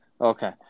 Okay